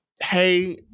hey